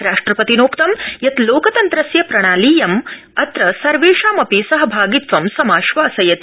राष्ट्रपतिनोक्त यत् लोकतन्त्रस्य प्रणालीयम् अत्र सर्वेषामपि सहभागित्वं समाश्वासयति